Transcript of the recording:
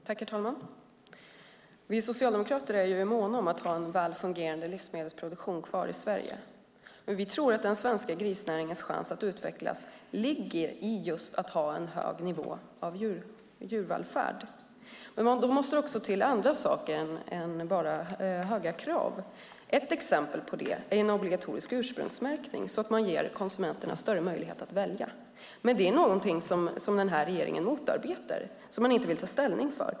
Herr talman! Vi socialdemokrater är måna om att ha en väl fungerande livsmedelsproduktion kvar i Sverige. Vi tror att den svenska grisnäringens chans att utvecklas ligger just i att ha en hög nivå av djurvälfärd. Men då måste det också till andra saker än bara höga krav. Ett exempel är en obligatorisk ursprungsmärkning, så att man ger konsumenterna större möjlighet att välja. Detta är dock något som den här regeringen motarbetar och inte vill ta ställning för.